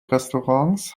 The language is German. restaurants